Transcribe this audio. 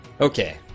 okay